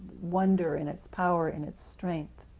wonder and its power and its strength.